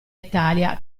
italia